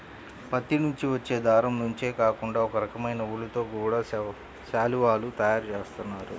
పత్తి నుంచి వచ్చే దారం నుంచే కాకుండా ఒకరకమైన ఊలుతో గూడా శాలువాలు తయారు జేత్తన్నారు